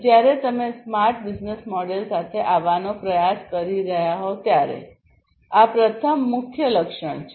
જ્યારે તમે smart business model સાથે આવવાનો પ્રયાસ કરી રહ્યાં હોવ ત્યારે આ પ્રથમ મુખ્ય લક્ષણ છે